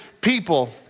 people